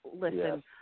Listen